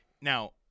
Now